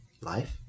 Life